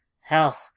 Hell